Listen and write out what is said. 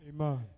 Amen